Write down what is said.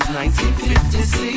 1956